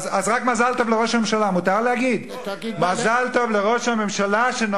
אז רק מזל טוב לראש הממשלה, מותר להגיד?